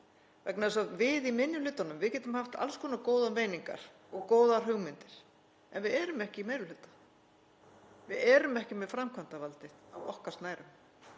þess að við í minni hlutanum getum haft alls konar góðar meiningar og góðar hugmyndir en við erum ekki í meiri hluta, við erum ekki með framkvæmdarvaldið á okkar snærum.